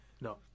No